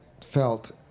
felt